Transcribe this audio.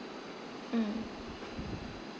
mm